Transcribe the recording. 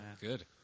Good